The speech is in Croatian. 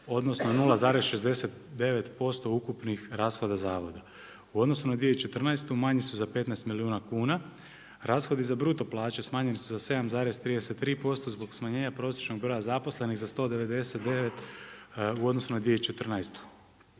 odnosno 0,69% ukupnih rashoda zavoda u odnosu na 2014. manji su za 15 milijuna kuna. Rashodi za bruto plaće smanjeni su za 7,33% zbog smanjenja prosječnog broja zaposlenih za 199 u odnosu na 2014.